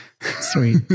Sweet